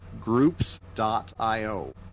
groups.io